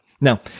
Now